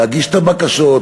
להגיש את הבקשות,